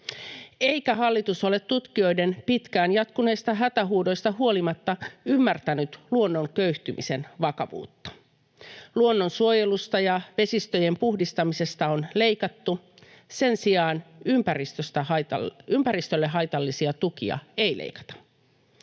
Eikä hallitus ole tutkijoiden pitkään jatkuneista hätähuudoista huolimatta ymmärtänyt luonnon köyhtymisen vakavuutta. Luonnonsuojelusta ja vesistöjen puhdistamisesta on leikattu, sen sijaan ympäristölle haitallisia tukia ei leikata.